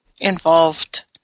involved